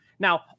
Now